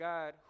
God